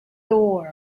door